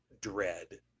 dread